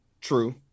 True